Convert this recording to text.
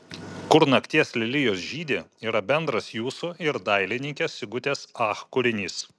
kur nakties lelijos žydi yra bendras jūsų ir dailininkės sigutės ach kūrinys